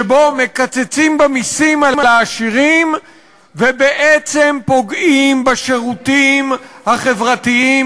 שבו מקצצים במסים לעשירים ובעצם פוגעים בשירותים החברתיים,